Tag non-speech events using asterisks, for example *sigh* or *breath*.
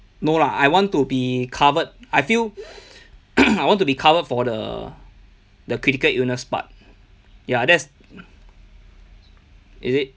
no lah I want to be covered I feel *breath* *coughs* I want to be covered for the the critical illness part ya that's is it